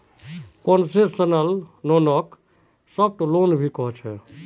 concessional लोनक soft loan भी कह छे